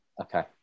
Okay